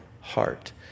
heart